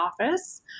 office